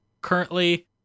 currently